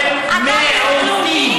מיעוט.